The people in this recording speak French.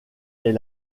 est